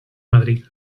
madrid